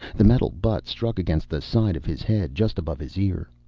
the metal butt struck against the side of his head, just above his ear.